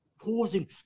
pausing